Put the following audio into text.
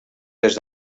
des